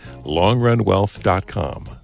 LongRunWealth.com